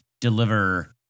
deliver